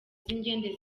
z’indege